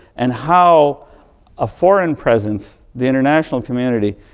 and how a foreign presence, the international community,